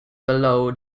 below